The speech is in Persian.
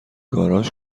گاراژ